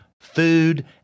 food